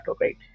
right